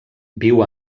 viu